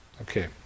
okay